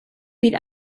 bydd